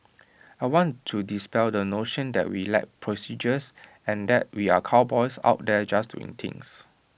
I want to dispel the notion that we lack procedures and that we are cowboys out there just doing things